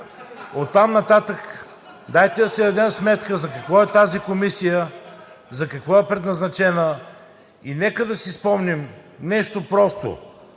Оттам нататък дайте да си дадем сметка за какво е тази комисия, за какво е предназначена? И нека да си спомним нещо просто